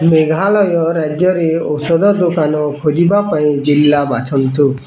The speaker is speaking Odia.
ମେଘାଳୟ ରାଜ୍ୟରେ ଔଷଧ ଦୋକାନ ଖୋଜିବା ପାଇଁ ଜିଲ୍ଲା ବାଛନ୍ତୁ